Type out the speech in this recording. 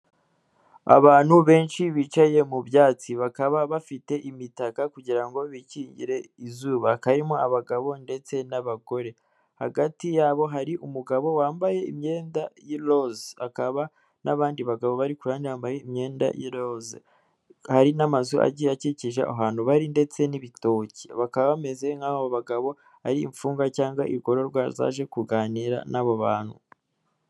Abantu benshi bicaye mu byatsi bakaba bafite imitaka kugira ngo bikingire izuba hakaba harimo abagabo ndetse n'abagore hagati yabo hari umugabo wambaye imyenda y'iroza hakaba n'abandi bagabo bari kurahande bambaye imyenda y'iroza, hari n'amazu agiye akikijwe ahantu bari ndetse n'ibitoki bakaba bameze nk'aho bagabo ari imfungwa cyangwa ibigororwa zaje kuganira n'abo bantu.